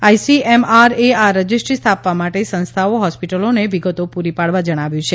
આઇસીએમઆરએ આ રજિસ્ટ્રી સ્થાપવા માટે સંસ્થાઓ હોસ્પિટલોને વિગતો પૂરી પાડવા જણાવ્યું છે